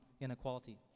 inequality